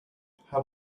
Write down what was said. how